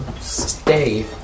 stay